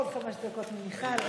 עוד חמש דקות ממיכל,